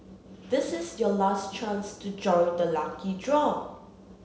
this is your last chance to join the lucky draw